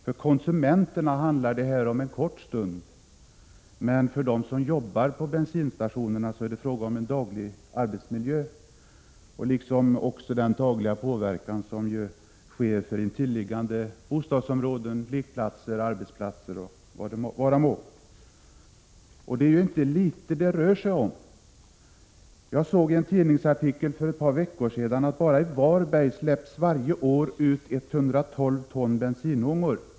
För konsumenterna handlar det om en kort stund, men de som arbetar på bensinstationerna har detta obehag i sin dagliga arbetsmiljö. Det sker också en daglig påverkan vid intilliggande bostadsområden, lekplatser, arbetsplatser och annat. Det är inte heller små mängder det rör sig om. Jag såg i en tidningsartikel för ett par veckor sedan att det bara i Varberg varje år släpps ut 112 ton bensinångor.